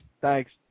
Thanks